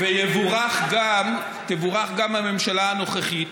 ותבורך גם הממשלה הנוכחית,